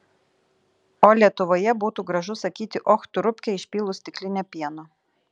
o lietuvoje būtų gražu sakyti och tu rupke išpylus stiklinę pieno